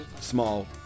small